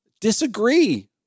disagree